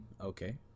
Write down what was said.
Okay